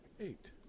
eight